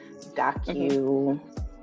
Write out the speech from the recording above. docu